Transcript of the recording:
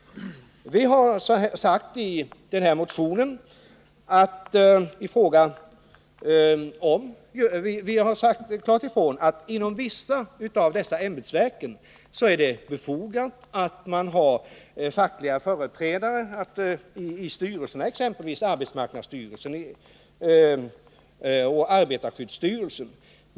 Vi har i motionen klart sagt ifrån att det inom vissa av dessa ämbetsverk är befogat att ha fackliga företrädare i styrelserna — exempelvis i arbetsmarknadsstyrelsen och arbetarskyddsstyrelsen.